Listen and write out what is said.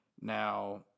Now